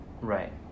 Right